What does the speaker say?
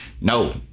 No